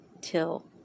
till